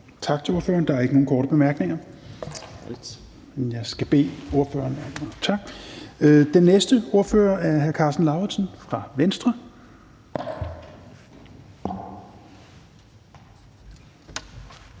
Tak til ordføreren. Der er ikke nogen korte bemærkninger. Den næste ordfører er hr. Karsten Lauritzen fra Venstre.